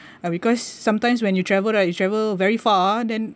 ya because sometimes when you travel right you travel very far then